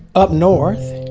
up north